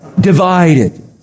divided